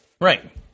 Right